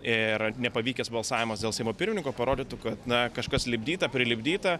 ir nepavykęs balsavimas dėl seimo pirmininko parodytų kad na kažkas lipdyta prilipdyta